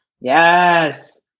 Yes